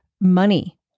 money